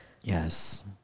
Yes